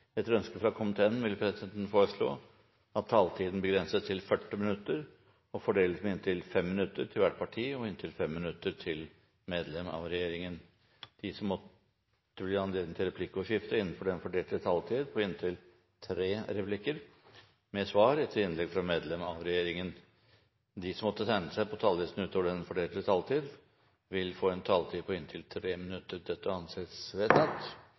Etter ønske fra næringskomiteen vil presidenten foreslå at taletiden begrenses til 40 minutter og fordeles med inntil 5 minutter til hvert parti og inntil 5 minutter til medlem av regjeringen. Videre vil presidenten foreslå at det gis anledning til replikkordskifte på inntil tre replikker med svar etter innlegg fra medlem av regjeringen innenfor den fordelte taletid. Videre blir det foreslått at de som måtte tegne seg på talerlisten utover den fordelte taletid, får en taletid på inntil 3 minutter. – Det anses vedtatt.